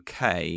UK